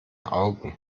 augen